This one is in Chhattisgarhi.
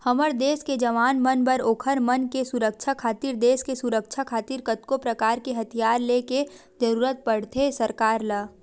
हमर देस के जवान मन बर ओखर मन के सुरक्छा खातिर देस के सुरक्छा खातिर कतको परकार के हथियार ले के जरुरत पड़थे सरकार ल